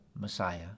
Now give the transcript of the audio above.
Messiah